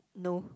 no